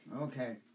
Okay